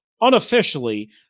unofficially